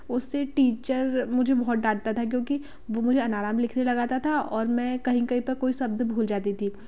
उससे टीचर मुझे बहुत डांटता था क्योंकि वो मुझे अनार आम लिखने लगाता था और मैं कहीं कहीं पर कोई शब्द भूल जाती थी